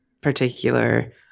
particular